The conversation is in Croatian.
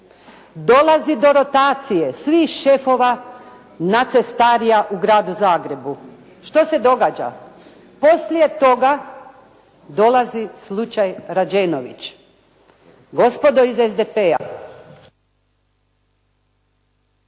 Dolazi do rotacije svih šefova na cestarija gradu Zagrebu. Što se događa? Poslije toga dolazi slučaj Rađenović. Gospodo iz SDP-a